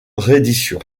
reddition